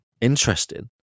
interesting